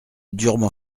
durement